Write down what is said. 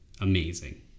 amazing